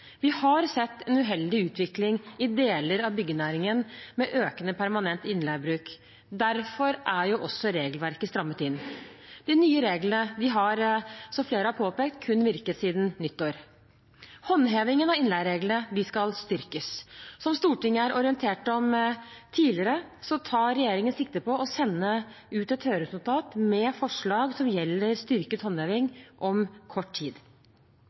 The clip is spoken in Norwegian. Vi har sett en uheldig utvikling i deler av byggenæringen, med økende permanent innleiebruk. Derfor er også regelverket strammet inn. De nye reglene har, som flere har påpekt, kun virket siden nyttår. Håndhevingen av innleiereglene skal styrkes. Som Stortinget er orientert om tidligere, tar regjeringen sikte på å sende ut et høringsnotat med forslag som gjelder styrket håndheving, om kort tid.